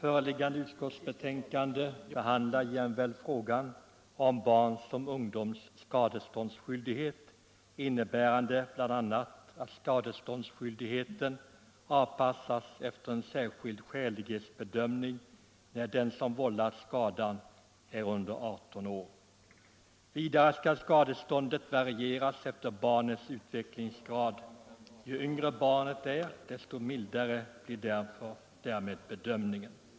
bl.a. att skadeståndsskyldigheten avpassas efter en särskild skälighetsbedömning när den som vållat skadan är under 18 år. Vidare skall skadeståndet varieras efter barnets utvecklingsgrad. Ju yngre barnet är, desto mildare blir därmed bedömningen.